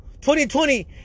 2020